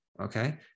okay